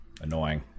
annoying